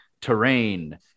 terrain